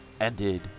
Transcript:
ended